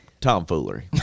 tomfoolery